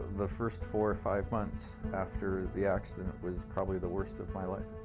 the first four or five months after the accident was probably the worst of my life.